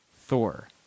Thor